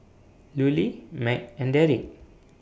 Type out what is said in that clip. Lulie Mack and Darrick